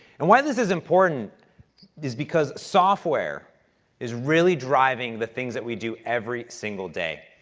and why this is important is because software is really driving the things that we do every single day.